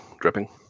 Dripping